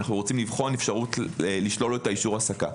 אנו רוצים לבחון אפשרות לשלול לו אישור העסקה.